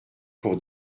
pour